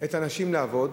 את הנשים לעבוד,